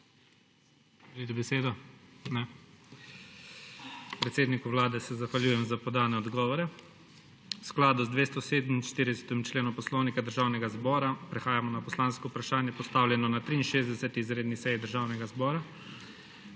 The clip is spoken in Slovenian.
Želite besedo? Ne. Predsedniku Vlade se zahvaljujem za podane odgovore. V skladu z 247. členom Poslovnika Državnega zbora prehajamo na poslansko vprašanje, postavljeno na 63. izredni seji Državnega zbora.